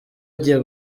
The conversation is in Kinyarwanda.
agiye